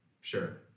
sure